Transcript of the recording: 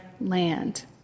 land